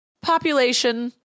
population